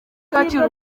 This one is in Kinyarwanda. kacyiru